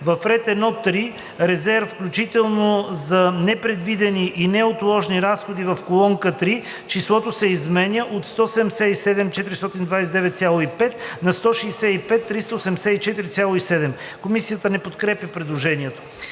ред 1.3 „Резерв, включително за непредвидени и неотложни разходи“ в колонка 3 числото се изменя от „177 429,5“ на „165 384,7“.“ Комисията не подкрепя предложението.